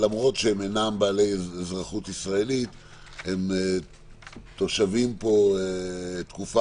למרות שהם אינם בעלי אזרחות ישראלית הם תושבים פה תקופה